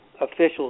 officials